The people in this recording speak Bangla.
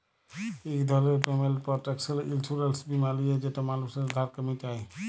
ইক ধরলের পেমেল্ট পরটেকশন ইলসুরেলস বীমা লিলে যেট মালুসের ধারকে মিটায়